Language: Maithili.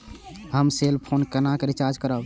हम सेल फोन केना रिचार्ज करब?